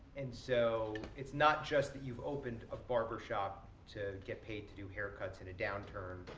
and so, it's not just that you've opened a barber shop to get paid to do haircuts in a downturn,